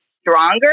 stronger